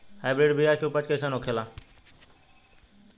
Hybrid बीया के उपज कैसन होखे ला?